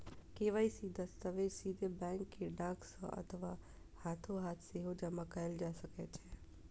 KYC दस्तावेज सीधे bank कें डाक सं अथवा हाथोहाथ सेहो जमा कैल जा सकै छै